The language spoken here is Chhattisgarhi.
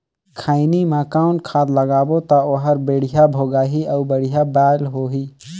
खैनी मा कौन खाद लगाबो ता ओहार बेडिया भोगही अउ बढ़िया बैल होही?